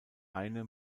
eine